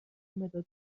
مداد